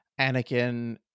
Anakin